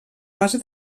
base